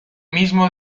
mismo